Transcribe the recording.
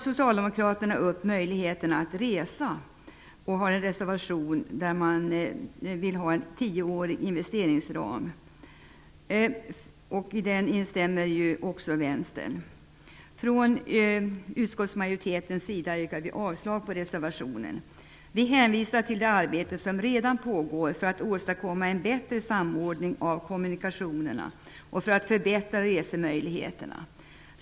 Socialdemokraterna tar i en reservation upp möjligheterna att resa, och de begär en tioårig investeringsram. Vänsterpartiet instämmer i den reservationen. 4. Vi hänvisar till det arbete som redan pågår för att åstadkomma en bättre samordning av kommunikationerna och för att förbättra resemöjligheterna.